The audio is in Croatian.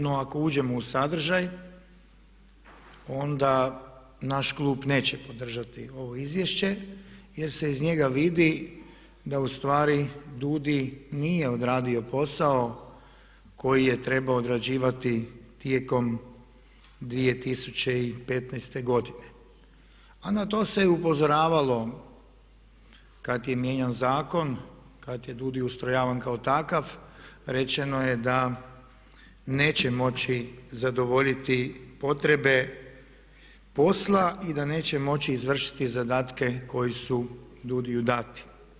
No, ako uđemo u sadržaj onda naš klub neće podržati ovo Izvješće, jer se iz njega vidi da u stvari DUUDI nije odradio posao koji je trebao odrađivati tijekom 2015. godine, a na to se je upozoravalo kad je mijenjan zakon, kad je DUUDI ustrojavan kao takav rečeno je da neće moći zadovoljiti potrebe posla i da neće moći izvršiti zadatke koji su DUUDI-u dati.